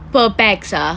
per pax ah